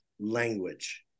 language